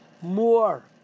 more